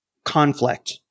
conflict